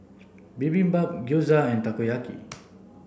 Bibimbap Gyoza and Takoyaki